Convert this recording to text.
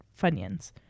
funyuns